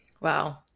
Wow